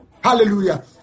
hallelujah